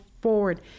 forward